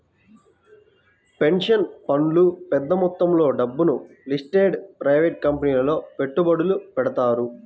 pension ఫండ్లు పెద్ద మొత్తంలో డబ్బును లిస్టెడ్ ప్రైవేట్ కంపెనీలలో పెట్టుబడులు పెడతారు